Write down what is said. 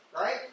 right